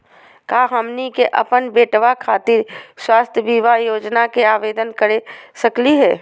का हमनी के अपन बेटवा खातिर स्वास्थ्य बीमा योजना के आवेदन करे सकली हे?